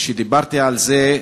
כשדיברתי על זה,